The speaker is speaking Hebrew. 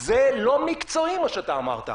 זה לא מקצועי מה שאמרת.